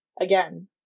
again